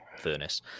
furnace